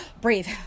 breathe